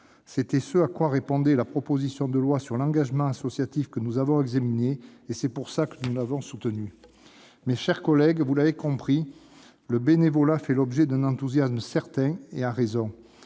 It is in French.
C'était ce à quoi répondait la proposition de loi en faveur de l'engagement associatif que nous avons examinée et c'est pour cela que nous l'avons soutenue. Mes chers collègues, vous l'avez compris : le bénévolat fait l'objet d'un enthousiasme certain- et à raison.